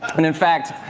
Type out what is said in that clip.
and in fact,